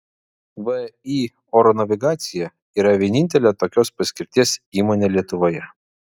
vį oro navigacija yra vienintelė tokios paskirties įmonė lietuvoje